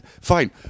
Fine